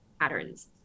patterns